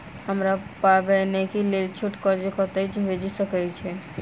हमरा पाबैनक लेल छोट कर्ज कतऽ सँ भेटि सकैये?